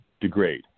degrade